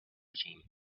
regime